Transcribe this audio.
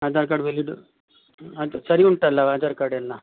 Aadhaar card valid ಅದು ಸರಿ ಉಂಟಲ್ಲ ಆಧಾರ್ ಕಾರ್ಡ್ ಎಲ್ಲ